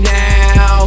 now